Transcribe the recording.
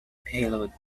payload